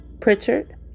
Pritchard